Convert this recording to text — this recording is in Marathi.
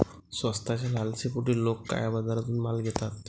स्वस्ताच्या लालसेपोटी लोक काळ्या बाजारातून माल घेतात